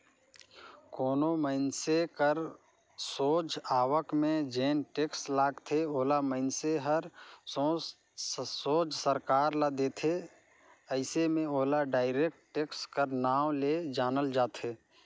कोनो मइनसे कर सोझ आवक में जेन टेक्स लगथे ओला मइनसे हर सोझ सरकार ल देथे अइसे में ओला डायरेक्ट टेक्स कर नांव ले जानल जाथे